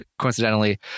coincidentally